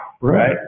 Right